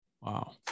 wow